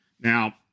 Now